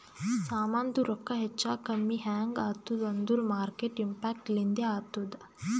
ಸಾಮಾಂದು ರೊಕ್ಕಾ ಹೆಚ್ಚಾ ಕಮ್ಮಿ ಹ್ಯಾಂಗ್ ಆತ್ತುದ್ ಅಂದೂರ್ ಮಾರ್ಕೆಟ್ ಇಂಪ್ಯಾಕ್ಟ್ ಲಿಂದೆ ಆತ್ತುದ